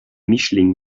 mischling